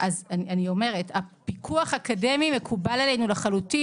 אז אני אומרת, פיקוח אקדמי מקובל עלינו לחלוטין.